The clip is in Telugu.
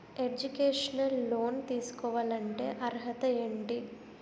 ఎడ్యుకేషనల్ లోన్ తీసుకోవాలంటే అర్హత ఏంటి?